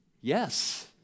yes